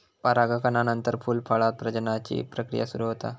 परागनानंतरच फूल, फळांत प्रजननाची प्रक्रिया सुरू होता